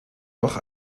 doch